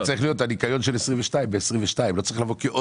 הניקיון ל 2022 היה צריך להיות ב-2022.